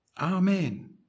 Amen